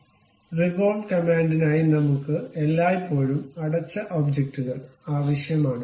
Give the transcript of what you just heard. അതിനാൽ റിവോൾവ് കമാൻഡിനായി നമ്മുക്ക് എല്ലായ്പ്പോഴും അടച്ച ഒബ്ജക്റ്റുകൾ ആവശ്യമാണ്